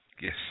Yes